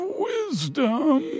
wisdom